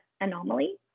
anomaly